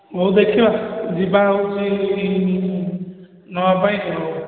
ହଉ ଦେଖିବା ଯିବା ହେଉଛି ନେବା ପାଇଁ ଆଉ